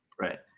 Right